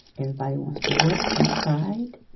everybody wants to work with pride.